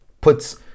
puts